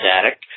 static